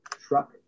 truck